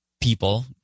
people